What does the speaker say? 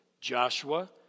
Joshua